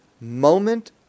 moment